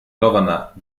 governor